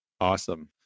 Awesome